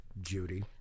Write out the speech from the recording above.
Judy